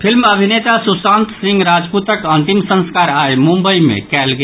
film अभिनेता सुशांत सिंह राजपूतक अंतिम संस्कार आइ मुम्बई मे कयल गेल